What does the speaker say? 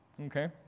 okay